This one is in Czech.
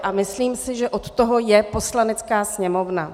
A myslím si, že od toho je Poslanecká sněmovna.